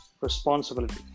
responsibility